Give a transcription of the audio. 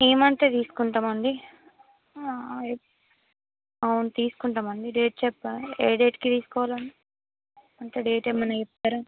ఈ మంత్ తీసుకుంటాం అండి అవును తీసుకుంటాం అండి డేట్ చెప్ప ఏ డేట్కి తీసుకోవాలి అండి అంటే డేట్ ఏమన్న ఇస్తారా